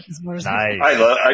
Nice